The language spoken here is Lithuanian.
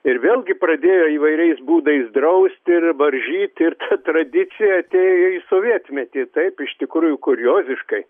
ir vėlgi pradėjo įvairiais būdais drausti ir varžyti ir tradicija atėjo į sovietmetį taip iš tikrųjų kurioziškai